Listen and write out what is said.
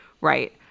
right